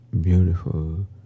beautiful